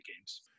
games